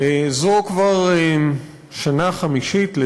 זו כבר השנה החמישית,